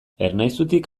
ernaizutik